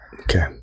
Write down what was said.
Okay